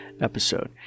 episode